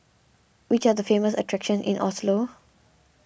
which are the famous attractions in Oslo